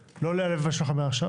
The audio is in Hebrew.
אם יש פה נציגים של משרד הפנים.